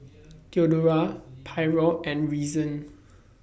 Theodora Pryor and Reason